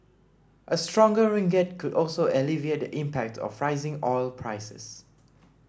a stronger ringgit could also alleviate the impact of rising oil prices